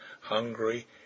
hungry